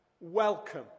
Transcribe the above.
welcome